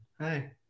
hi